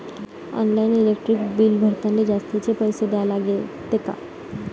Online electric bill भरतानी जास्तचे पैसे द्या लागते का?